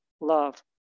love